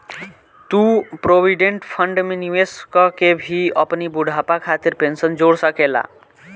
तू provident fund में निवेश कअ के भी अपनी बुढ़ापा खातिर पेंशन जोड़ सकेला